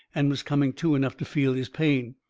and was coming to enough to feel his pain.